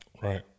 Right